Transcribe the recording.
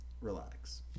relax